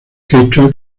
quechua